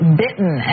bitten